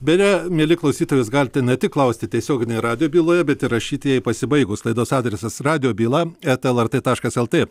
beje mieli klausytojai jūs galite ne tik klausti tiesioginėje radijo byloje bet ir rašyti jai pasibaigus laidos adresas radijo byla eta lrt taškas lt